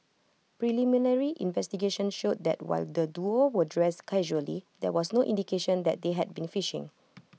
preliminary investigations showed that while the duo were dressed casually there was no indication that they had been fishing